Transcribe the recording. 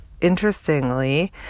interestingly